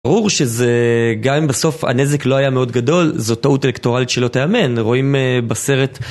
ברור שזה, גם אם בסוף הנזק לא היה מאוד גדול, זו טעות אלקטורלית שלא תיאמן, רואים בסרט.